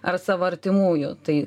ar savo artimųjų tai